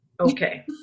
Okay